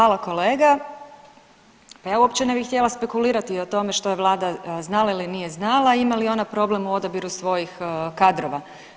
Hvala kolega, pa ja uopće ne bih htjela spekulirati o tome što je vlada znala ili nije znala i ima li ona problem u odabiru svojih kadrova.